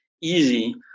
easy